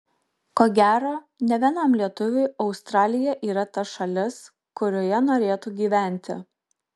ko gero ne vienam lietuviui australija yra ta šalis kurioje norėtų gyventi